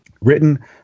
Written